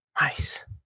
Nice